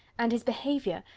and his behaviour,